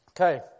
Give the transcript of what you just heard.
Okay